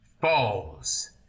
falls